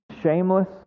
shameless